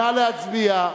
נא להצביע.